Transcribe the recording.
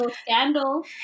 scandal